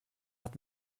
hat